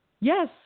Yes